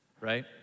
right